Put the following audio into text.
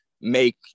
make